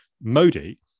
Modi